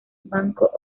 banco